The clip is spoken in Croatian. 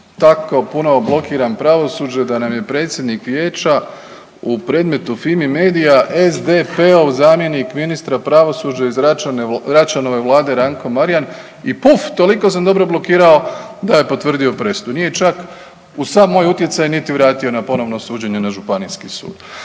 Tako puno blokiram pravosuđe da nam je predsjednik vijeća u predmetu Fimi medija SDP-ov zamjenik ministra pravosuđa iz Račanove vlade Ranko Marjan i puf toliko sam dobro blokirao da je potvrdio presudu. Nije je čak uz sav moj utjecaj niti vratio na ponovno suđenje na županijski sud.